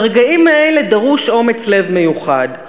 ברגעים האלה דרוש אומץ לב מיוחד,